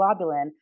globulin